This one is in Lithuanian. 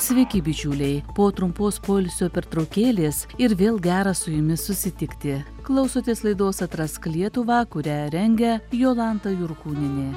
sveiki bičiuliai po trumpos poilsio pertraukėlės ir vėl gera su jumis susitikti klausotės laidos atrask lietuvą kurią rengia jolanta jurkūnienė